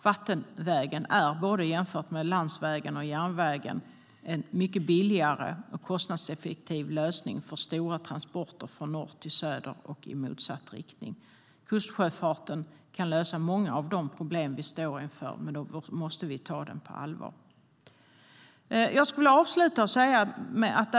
Vattenvägen är jämfört med både landvägen och järnvägen en mycket billigare och kostnadseffektivare lösning för stora transporter från norr till söder och i motsatt riktning. Kustsjöfarten kan lösa många av de problem vi står inför, men då måste vi ta den på allvar. Jag skulle vilja avsluta med att säga följande.